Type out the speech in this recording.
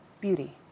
Beauty